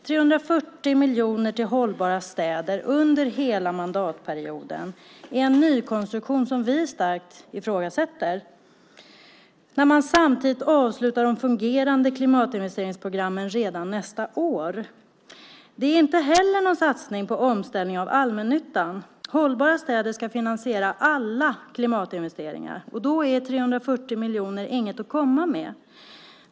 340 miljoner till Hållbara städer under hela mandatperioden är en nykonstruktion som vi starkt ifrågasätter när man samtidigt avslutar de fungerande klimatinvesteringsprogrammen redan nästa år. Det är inte heller någon satsning på omställning av allmännyttan. Hållbara städer ska finansiera alla klimatinvesteringar. Då är 340 miljoner inget att komma med.